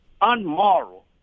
unmoral